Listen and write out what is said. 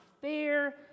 fair